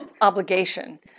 obligation